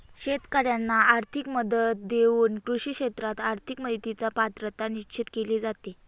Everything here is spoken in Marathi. शेतकाऱ्यांना आर्थिक मदत देऊन कृषी क्षेत्रात आर्थिक मदतीची पात्रता निश्चित केली जाते